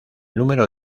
número